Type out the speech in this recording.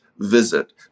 visit